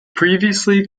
previously